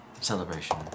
Celebration